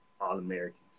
All-Americans